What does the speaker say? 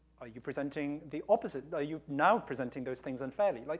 are you presenting the opposite, are you now presenting those things unfairly, like,